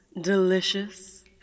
delicious